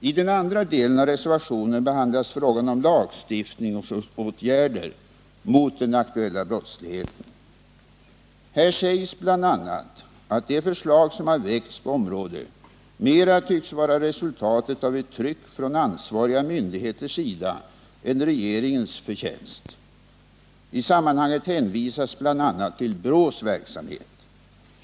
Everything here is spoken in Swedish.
I den andra delen av reservationen behandlas frågan om lagstiftningsåtgärder mot den aktuella brottsligheten. Här sägs bl.a. att de förslag som har väckts på området mera tycks vara resultatet av ett tryck från ansvariga myndigheters sida än regeringens förtjänst. I sammanhanget hänvisas bl.a. till BRÅ:s verksamhet.